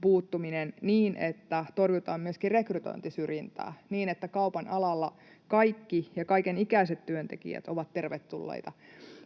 puuttuminen niin, että torjutaan myöskin rekrytointisyrjintää, niin että kaupan alalla kaikki ja kaiken ikäiset työntekijät ovat tervetulleita,